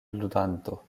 ludanto